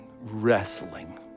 wrestling